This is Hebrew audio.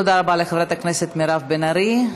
תודה רבה לחברת הכנסת מירב בן ארי.